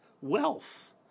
wealth